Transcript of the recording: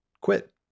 quit